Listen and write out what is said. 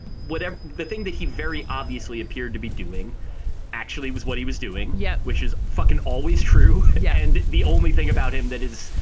whatever. the thing that he very obviously appeared to be doing actually was what he was doing yet, which is fucking always true. yeah. and the only thing about him that is,